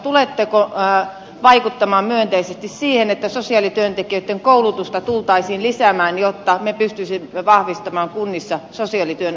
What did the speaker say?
tuletteko vaikuttamaan myönteisesti siihen että sosiaalityöntekijöitten koulutusta tultaisiin lisäämään jotta me pystyisimme vahvistamaan kunnissa sosiaalityön osuutta